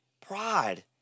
Pride